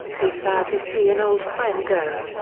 we're sad to see an old friend go.